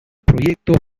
proyecto